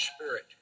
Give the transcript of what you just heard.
spirit